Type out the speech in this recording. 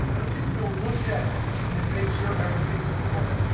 at least go look at it and make sure everything's in order.